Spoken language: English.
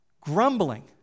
grumbling